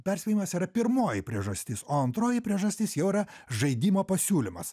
perspėjimas yra pirmoji priežastis o antroji priežastis jau yra žaidimo pasiūlymas